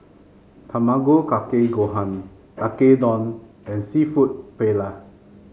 Tamago Kake Gohan Tekkadon and seafood Paella